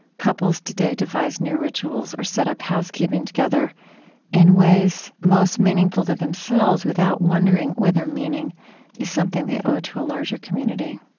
couples today devise new rituals or set up housekeeping together in ways most meaningful to themselves without wondering whether meaning is something they owe to a larger community.